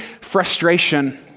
frustration